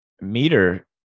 meter